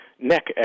neck